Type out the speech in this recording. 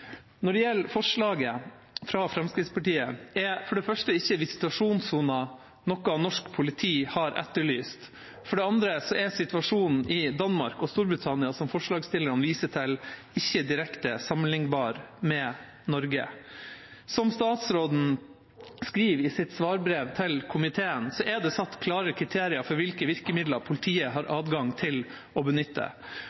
Når det gjelder forslaget fra Fremskrittspartiet, er visitasjonssoner for det første ikke noe norsk politi har etterlyst. For det andre er situasjonen i Danmark og Storbritannia, som forslagsstillerne viser til, ikke direkte sammenlignbar med situasjonen i Norge. Som statsråden skriver i sitt svarbrev til komiteen, er det satt klare kriterier for hvilke virkemidler politiet har